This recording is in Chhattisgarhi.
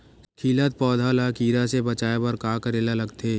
खिलत पौधा ल कीरा से बचाय बर का करेला लगथे?